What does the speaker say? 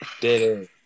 Dead